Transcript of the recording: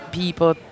people